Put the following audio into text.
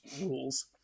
rules